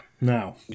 Now